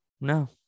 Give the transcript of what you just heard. no